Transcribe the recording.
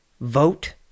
vote